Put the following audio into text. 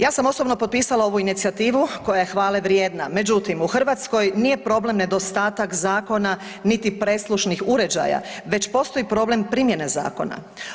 Ja sam osobno potpisala ovu inicijativu koja je hvale vrijedna, međutim u Hrvatskoj nije problem nedostatak zakona niti prislušnih uređaja, već postoji problem primjene zakona.